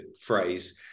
phrase